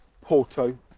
Porto